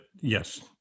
yes